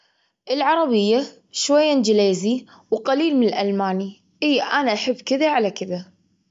طفل يحاول يغني أغنية صعبة. كان هذا شيء طريف جدا على الإطلاق، وكان يحاول بعد أنه يسوي حركات مع الأغنية، بس كان مضحك جدا.